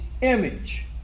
image